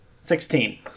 Sixteen